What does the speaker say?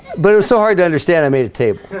but so hard to understand i made a table